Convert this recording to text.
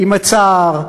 ועם הצער,